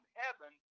heaven